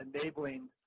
enabling –